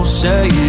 say